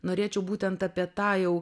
norėčiau būtent apie tą jau